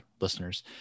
listeners